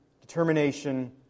determination